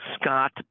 Scott